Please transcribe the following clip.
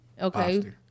Okay